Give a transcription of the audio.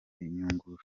uyunguruye